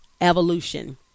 evolution